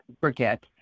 forget